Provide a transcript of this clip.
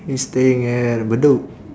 he's staying at bedok